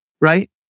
right